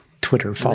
Twitter